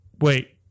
wait